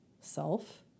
self